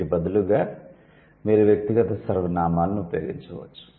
వీటి బదులుగా మీరు వ్యక్తిగత సర్వనామాలను ఉపయోగించవచ్చు